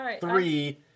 three